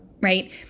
right